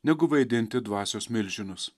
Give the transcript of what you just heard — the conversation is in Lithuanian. negu vaidinti dvasios milžinus